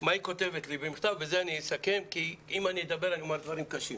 מה היא כותבת לי במכתב ובזה אסכם כי אם אדבר אני אומר דברים קשים.